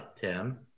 Tim